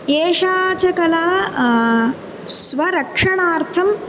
एषा च कला स्वरक्षणार्थम्